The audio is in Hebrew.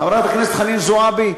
חברת הכנסת חנין זועבי,